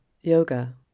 yoga